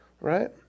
right